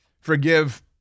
forgive